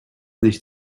nicht